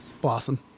Blossom